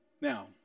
now